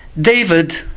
David